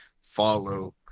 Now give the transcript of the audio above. follow